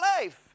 life